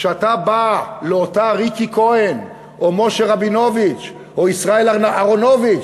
כשאתה בא לאותה ריקי כהן או משה רבינוביץ או ישראל אהרונוביץ,